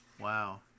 Wow